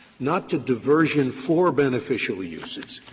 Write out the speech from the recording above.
not to diversion for beneficial uses,